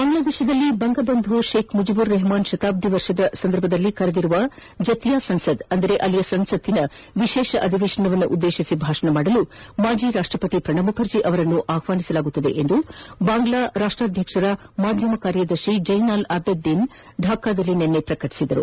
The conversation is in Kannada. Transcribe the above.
ಬಾಂಗ್ಲಾದೇಶದಲ್ಲಿ ಬಂಗಬಂದು ಶೇಖ್ ಮುಜಿಬುರ್ ರೆಹಮಾನ್ ಶತಾಬ್ದಿ ವರ್ಷದ ಸಂದರ್ಭದಲ್ಲಿ ಕರೆದಿರುವ ಜತಿಯಾ ಸಂಸದ್ ಅಂದರೆ ಅಲ್ಲಿಯ ಸಂಸತ್ತಿನ ವಿಶೇಷ ಅಧಿವೇಶನವನ್ನು ಉದ್ವೇಶಿಸಿ ಭಾಷಣ ಮಾಡಲು ಮಾಜಿ ರಾಷ್ಟಪತಿ ಪ್ರಣಬ್ ಮುಖರ್ಜಿ ಅವರನ್ನು ಅಮಂತ್ರಿಸಲಾಗುವುದು ಎಂದು ಬಾಂಗ್ಲಾದೇತದ ರಾಷ್ನಾಧ್ಯಕ್ಷರ ಮಾಧ್ಯಮ ಕಾರ್ಯದರ್ಶಿ ಜಯ್ನಾಲ್ ಅಬೆದ್ದಿನ್ ಡಾಕಾದಲ್ಲಿ ನಿನ್ನೆ ಪ್ರಕಟಿಸಿದ್ದಾರೆ